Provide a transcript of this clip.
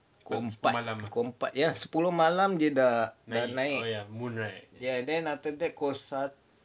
pukul empat pukul empat dia dah naik sepuluh malam ya then after that pukul satu